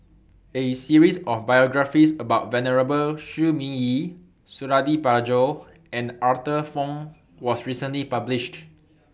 A series of biographies about Venerable Shi Ming Yi Suradi Parjo and Arthur Fong was recently published